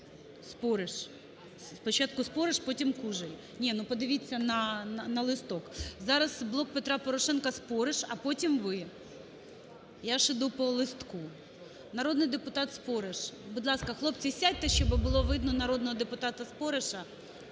Спориш. Спочатку – Спориш, потім – Кужель. Ні, ну подивіться на листок. Зараз "Блок Петра Порошенка", Спориш, а потім – ви. Я ж іду по листку. Народний депутат Спориш. Будь ласка, хлопці, сядьте, щоб було видно народного депутата Спориша.